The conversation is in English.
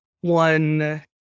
one